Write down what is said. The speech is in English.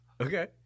Okay